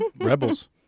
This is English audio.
rebels